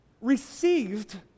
received